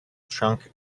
trunk